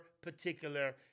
particular